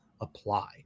apply